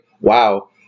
wow